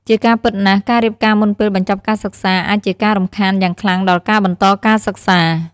ជាការពិតណាស់ ការរៀបការមុនពេលបញ្ចប់ការសិក្សាអាចជាការរំខានយ៉ាងខ្លាំងដល់ការបន្តការសិក្សា ។